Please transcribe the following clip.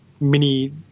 mini